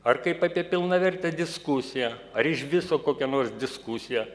ar kaip apie pilnavertę diskusiją ar iš viso kokia nors diskusiją